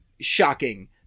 shocking